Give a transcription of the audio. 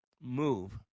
move